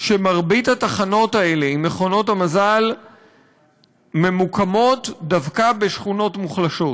שמרבית התחנות האלה עם מכונות המזל ממוקמות דווקא בשכונות מוחלשות.